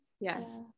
yes